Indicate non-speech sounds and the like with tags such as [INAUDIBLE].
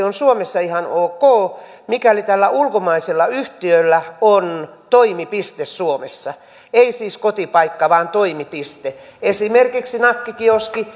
[UNINTELLIGIBLE] on suomessa ihan ok mikäli tällä ulkomaisella yhtiöllä on toimipiste suomessa ei siis kotipaikka vaan toimipiste esimerkiksi nakkikioski [UNINTELLIGIBLE]